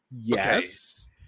yes